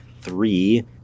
three